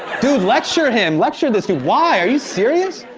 dude, lecture him, lecture this dude. why, are you serious?